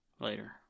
later